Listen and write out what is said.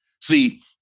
See